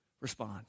respond